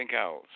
else